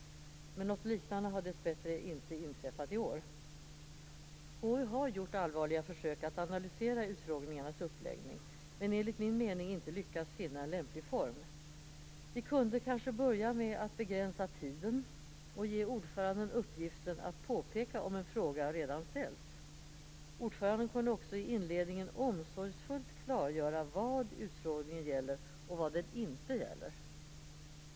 Något liknande har dessbättre inte inträffat i år. KU har gjort allvarliga försök att analysera utfrågningarnas uppläggning men enligt min mening inte lyckats finna en lämplig form. Vi kunde kanske börja med att begränsa tiden och ge ordföranden uppgiften att påpeka om en fråga redan ställts. Ordföranden kunde också i inledningen omsorgsfullt klargöra vad utfrågningen gäller och vad den inte gäller.